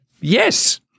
Yes